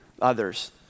others